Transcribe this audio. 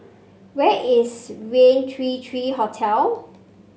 where is Raintr Three three Hotel